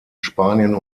spanien